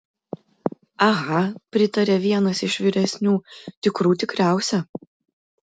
aha pritarė vienas iš vyresnių tikrų tikriausia